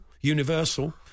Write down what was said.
Universal